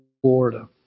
Florida